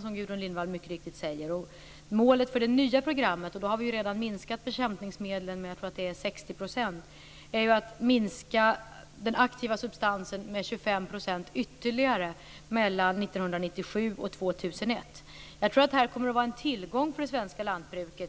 som Gudrun Lindvall mycket riktigt säger, en del av problemet vad gäller den biologiska mångfalden. Målet för det nya programmet - och då har vi redan minskat mängden bekämpningsmedel med 60 %- är att minska den aktiva substansen med ytterligare 25 % mellan åren 1997 och 2001. Jag tror att det här kommer att vara en tillgång för det svenska lantbruket.